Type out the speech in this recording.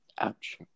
Ouch